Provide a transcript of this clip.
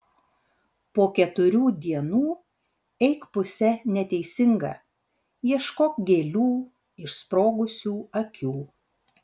po keturių dienų eik puse neteisinga ieškok gėlių išsprogusių akių